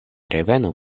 revenu